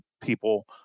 people